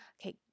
Okay